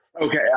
okay